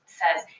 says